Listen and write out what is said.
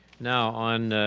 now on